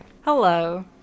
hello